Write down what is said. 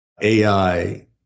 AI